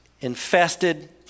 infested